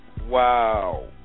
Wow